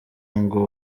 ngo